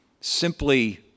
simply